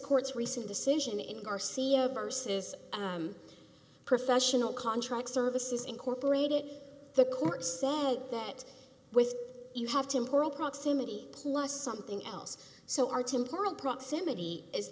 court's recent decision in garcia bursts is professional contract services incorporated the court said that with you have to import all proximity plus something else so our temporal proximity is